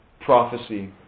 Prophecy